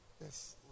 Yes